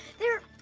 they're